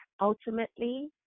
Ultimately